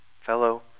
Fellow